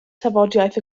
tafodiaith